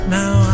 now